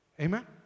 Amen